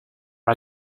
are